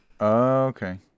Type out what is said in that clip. Okay